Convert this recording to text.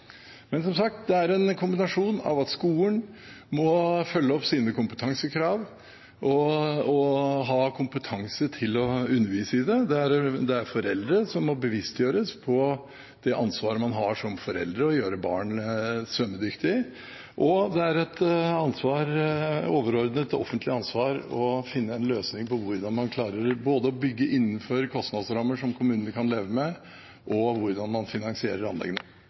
det er som sagt en kombinasjon av at skolen må følge opp sine kompetansekrav og ha kompetanse til å undervise i det, at foreldre må bevisstgjøres på det ansvaret man som foreldre har for å gjøre barn svømmedyktige, og det er et overordnet, offentlig ansvar å finne en løsning på hvordan man klarer både å bygge innenfor kostnadsrammer som kommunene kan leve med, og hvordan man finansierer anleggene.